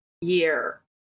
year